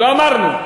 לא אמרנו.